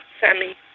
Sammy